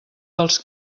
dels